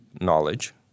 knowledge